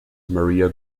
maria